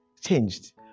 changed